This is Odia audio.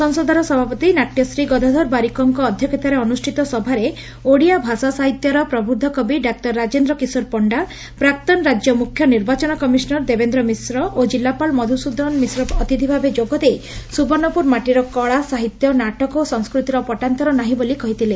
ସଂସଦର ସଭାପତି ନାଟ୍ଶ୍ରୀ ଗଦାଧର ବାରିକଙ୍କ ଅଧ୍ ସାହିତ୍ୟର ପ୍ରବୃଦ୍ଧ କବି ଡକ୍ଟର ରାଜେନ୍ର କିଶୋର ପଣ୍ତା ପ୍ରାକ୍ତନ ରାଜ୍ୟ ମୁଖ୍ୟ ନିର୍ବାଚନ କମିଶନର୍ ଦେବେନ୍ଦ୍ର ମିଶ୍ର ଓ ଜିଲ୍ଲାପାଳ ମଧୁସ୍ରଦନ ମିଶ୍ର ଅତିଥଭାବେ ଯୋଗଦେଇ ସୁବର୍ଷ୍ୟପୁର ମାଟିର କଳା ସାହିତ୍ୟ ନାଟକ ଓ ସଂସ୍କୃତିର ପଟ୍ଟାନ୍ତର ନାହି ବୋଲି କହିଥିଲେ